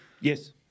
Yes